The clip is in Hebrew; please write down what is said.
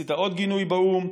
עשית עוד גינוי באו"ם?